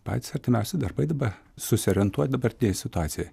patys artimiausi darbai dabar susiorientuot dabartinėj situacijoj